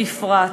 בפרט,